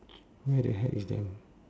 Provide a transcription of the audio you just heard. where the heck is them